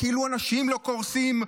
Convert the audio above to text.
כאילו אנשים לא קורסים,